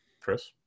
chris